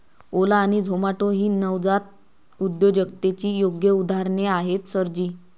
ओला आणि झोमाटो ही नवजात उद्योजकतेची योग्य उदाहरणे आहेत सर जी